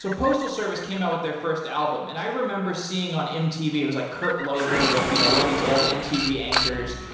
so postal service came out with their first album, and i remember seeing on mtv, it was like kurt loder, or you know one of these old mtv anchors.